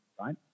right